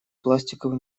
пластиковый